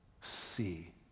see